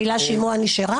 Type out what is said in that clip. המילה "שימוע" נשארה?